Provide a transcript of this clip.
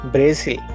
Brazil